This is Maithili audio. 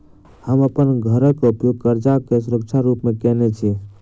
हम अप्पन घरक उपयोग करजाक सुरक्षा रूप मेँ केने छी